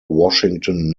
washington